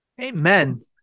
Amen